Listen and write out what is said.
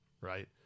right